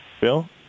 Bill